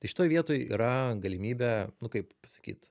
tai šitoj vietoj yra galimybė nu kaip pasakyt